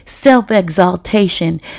self-exaltation